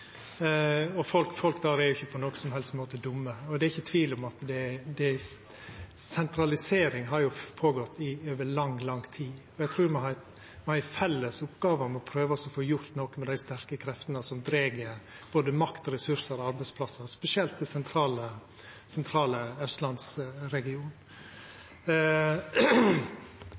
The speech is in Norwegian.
og folk der er jo ikkje dumme på nokon som helst måte. Det er ikkje tvil om at sentraliseringa har gått føre seg over lang, lang tid. Eg trur me har ei felles oppgåve med å prøva å få gjort noko med dei sterke kreftene som dreg både makt, ressursar og arbeidsplassar spesielt til den sentrale austlandsregionen.